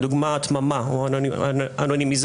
לדוגמא הדממה או אנונימיזציה,